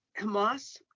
Hamas